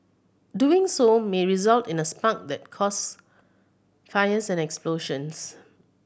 doing so may result in a spark that causes fires and explosions